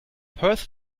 perth